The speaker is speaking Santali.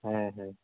ᱦᱮᱸ ᱦᱮᱸ